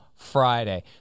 Friday